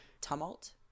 Tumult